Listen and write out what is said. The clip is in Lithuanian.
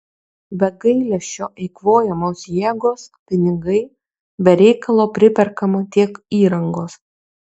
be gailesčio eikvojamos jėgos pinigai be reikalo priperkama tiek įrangos